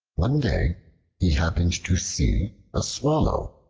one day he happened to see a swallow,